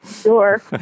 Sure